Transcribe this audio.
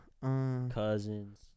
cousins